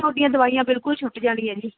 ਤੁਹਾਡੀਆਂ ਦਵਾਈਆਂ ਬਿਲਕੁਲ ਛੁੱਟ ਜਾਣਗੀਆਂ ਜੀ